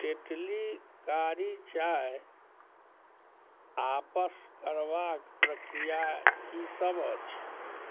Tetley कारी चाइ आपस करबाके प्रक्रिया किसब अछि